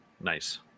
Nice